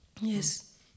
Yes